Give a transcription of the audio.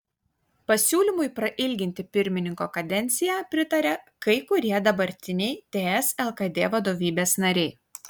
pasiūlymui prailginti pirmininko kadenciją pritaria kai kurie dabartiniai ts lkd vadovybės nariai